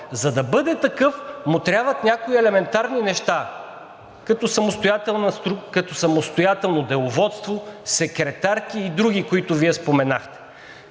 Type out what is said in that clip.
За да бъде такъв, му трябват някои елементарни неща, като самостоятелно деловодство, секретарки и други, които Вие споменахте.